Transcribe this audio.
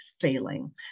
failing